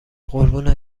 قربون